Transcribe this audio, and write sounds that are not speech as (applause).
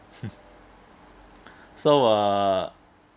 (laughs) so uh